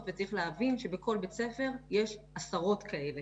וצריך להבין שבכל בית ספר יש עשרות כאלה